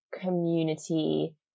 community